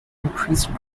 increased